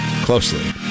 closely